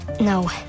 No